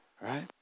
right